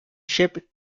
ship